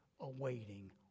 Awaiting